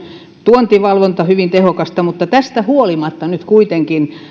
tuontivalvonta hyvin tehokasta mutta tästä huolimatta nyt kuitenkin